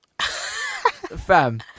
Fam